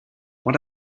what